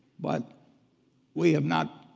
but we have not,